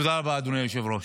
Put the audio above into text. תודה רבה, אדוני היושב-ראש.